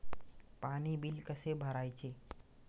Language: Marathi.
पाणी बिल कसे भरायचे?